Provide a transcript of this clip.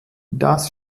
das